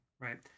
right